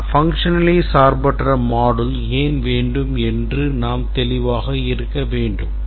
ஆனால் functionally சார்பற்ற modules ஏன் வேண்டும் என்று நாம் தெளிவாக இருக்க வேண்டும்